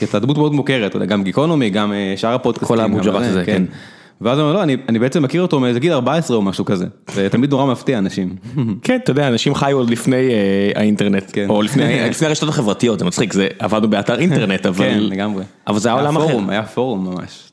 כי אתה דמות מאוד מוכרת, גם גיקונומי, גם שאר הפודקאסטים. כל הבוג'ראס הזה, כן. ואז אני אומר, לא, אני בעצם מכיר אותו מאיזה גיל 14 או משהו כזה. זה תמיד נורא מפתיע, אנשים. כן, אתה יודע, אנשים חיו עוד לפני האינטרנט. או לפני הרשתות החברתיות, זה מצחיק, עבדנו באתר אינטרנט אבל. כן, לגמרי. אבל זה היה עולם אחר. היה פורום, היה פורום ממש.